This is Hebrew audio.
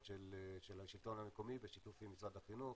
של השלטון המקומי בשיתוף עם משרד החינוך.